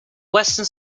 western